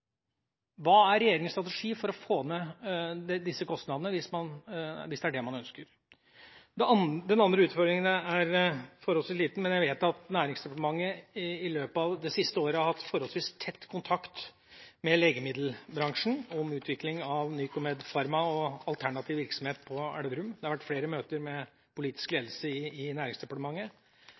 Hva er regjeringas strategi for å få ned disse kostnadene, hvis det er det man ønsker? Den andre utfordringen er forholdsvis liten. Jeg vet at Næringsdepartementet i løpet av det siste året har hatt forholdsvis tett kontakt med legemiddelbransjen om utvikling av Nycomed Pharma og alternativ virksomhet på Elverum. Det har vært flere møter med politisk ledelse i Næringsdepartementet.